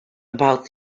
about